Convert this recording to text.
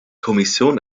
kommission